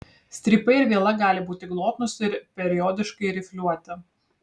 strypai ir viela gali būti glotnūs ir periodiškai rifliuoti